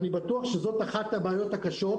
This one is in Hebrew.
הבעיה הזאת היא אחת הבעיות הקשות,